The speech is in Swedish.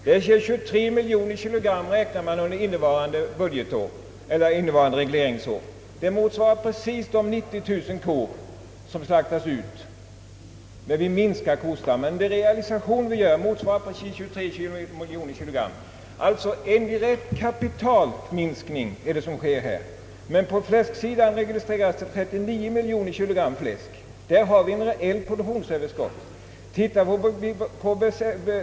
De 23 miljoner kg som man räknar med under innevarande regleringsår motsvarar precis de 90 000 kor som slaktas ut när man minskar kostammen, Det sker alltså en direkt kapitalminskning. Men på fläsksidan registreras det 39 miljoner kg fläsk för mycket. Där har vi ett reellt produktionsöverskott.